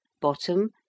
bottom